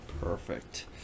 Perfect